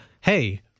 hey